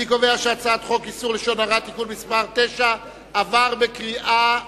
אני קובע שהצעת חוק איסור לשון הרע (תיקון מס' 9) עברה בקריאה שנייה.